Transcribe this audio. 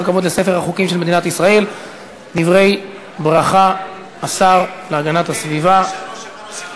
הסדרת העיסוק בהדברה תברואית, התשע"ו 2016,